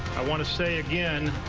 i want to say again.